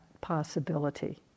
possibility